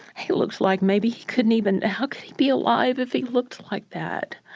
he looked like maybe he couldn't even how could he be alive if he looked like that?